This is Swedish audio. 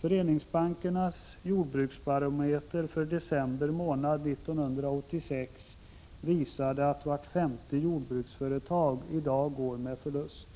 Föreningsbankernas jordbruksbarometer för december månad 1986 visade att vart femte jordbruksföretag i dag går med förlust.